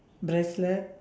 bracelet